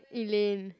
Elaine